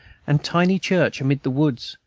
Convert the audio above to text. and tiny church amid the woods,